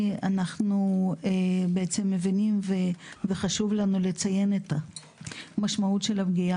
אנחנו מבינים וחשוב לנו לציין את המשמעות של הפגיעה